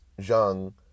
Zhang